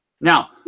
Now